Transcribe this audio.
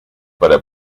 para